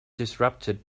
disrupted